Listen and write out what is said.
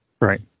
Right